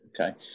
Okay